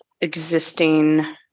existing